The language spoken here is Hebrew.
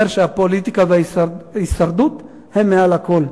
אומר שהפוליטיקה וההישרדות הן מעל לכול.